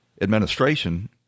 administration